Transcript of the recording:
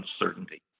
uncertainty